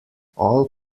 all